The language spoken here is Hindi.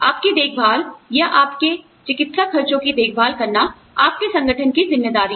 आपकी देखभाल या आपके चिकित्सा खर्चों की देखभाल करना आपके संगठन की ज़िम्मेदारी है